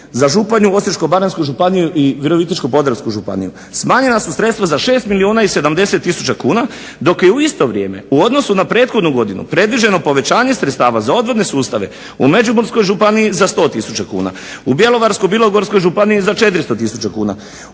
za Županju, Osječko-baranjsku županiju, Virovitičko-podravsku županiju smanjena su sredstva za 6 milijuna i 70 tisuća kuna, dok je u isto vrijeme u odnosu na prethodnu godinu predviđeno povećanje sredstava za odvodne sustave u Međimurskoj županiji za 100 tisuća kuna, u Bjelovarsko-bilogorskoj županiji za 400 tisuća kuna,